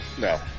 No